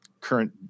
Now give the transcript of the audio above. current